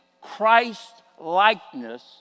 Christ-likeness